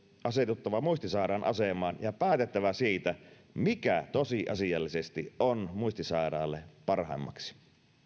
asetuttava muistisairaan asemaan ja päätettävä siitä mikä tosiasiallisesti on muistisairaalle parhaimmaksi